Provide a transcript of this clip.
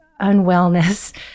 unwellness